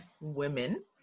women